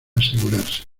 asegurarse